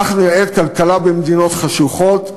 כך נראית כלכלה במדינות חשוכות.